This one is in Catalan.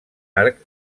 arc